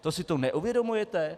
To si to neuvědomujete?